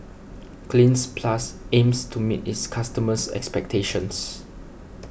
Cleanz Plus aims to meet its customers' expectations